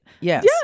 Yes